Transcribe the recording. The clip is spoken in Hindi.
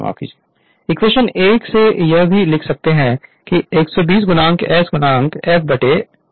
Refer Slide Time 1832 इक्वेशन1 से यह भी लिख सकते हैं कि 120 s f P f2 sf है